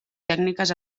tècniques